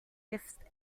fifth